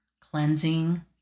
cleansing